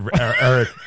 eric